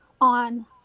on